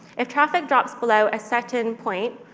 if traffic drops below a certain point,